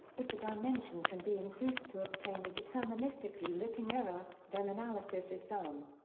if the dimension can be increased to obtain a deterministically looking error, then analysis is done.